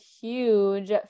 huge